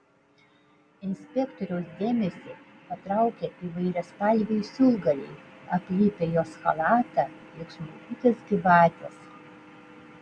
inspektoriaus dėmesį patraukia įvairiaspalviai siūlgaliai aplipę jos chalatą lyg smulkutės gyvatės